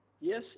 yes